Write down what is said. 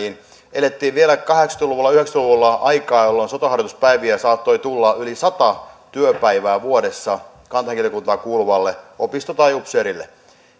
elettiin vielä kahdeksankymmentä luvulla yhdeksänkymmentä luvulla aikaa jolloin sotaharjoituspäiviä saattoi tulla yli sata työpäivää vuodessa kantahenkilökuntaan kuuluvalle opistoupseerille